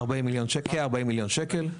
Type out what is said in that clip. כ-40 מיליון שקל.